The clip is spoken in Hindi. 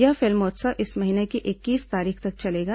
यह फिल्मोत्सव इस महीने की इक्कीस तारीख तक चलेगा